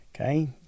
Okay